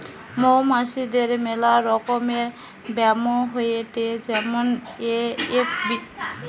মৌমাছিদের মেলা রকমের ব্যামো হয়েটে যেমন এ.এফ.বি